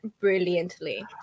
brilliantly